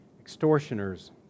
extortioners